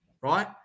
right